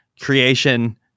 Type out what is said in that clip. creation